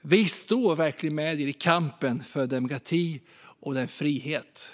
Vi står verkligen med er i kampen för demokrati och frihet!